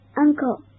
Uncle